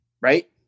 right